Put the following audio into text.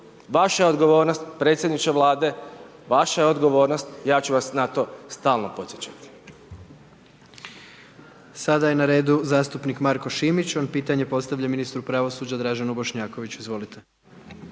Vaša je odgovornost predsjedniče Vlade, vaša je odgovornost, ja ću vas na to stalno podsjećati. **Jandroković, Gordan (HDZ)** Sada je na redu zastupnik Marko Šimić. On pitanje postavlja ministru pravosuđa Draženu Bošnjakoviću. Izvolite.